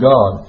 God